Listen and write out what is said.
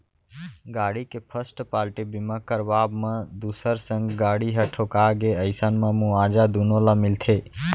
गाड़ी के first party बीमा करवाब म दूसर संग गाड़ी ह ठोंका गे अइसन म मुवाजा दुनो ल मिलथे